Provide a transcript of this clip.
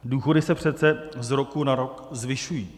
Důchody se přece z roku na rok zvyšují.